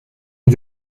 est